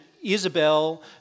Isabel